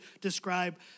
describe